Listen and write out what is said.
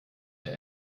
der